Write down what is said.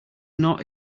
not